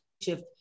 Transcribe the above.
shift